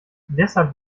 deshalb